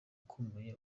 ukomeye